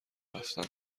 رفتم